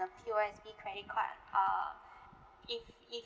the P_O_S_B credit card uh if if